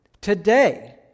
today